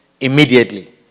immediately